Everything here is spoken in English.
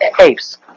apes